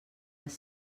les